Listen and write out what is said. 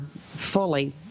fully